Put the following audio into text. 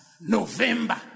November